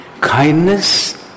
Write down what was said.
kindness